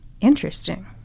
Interesting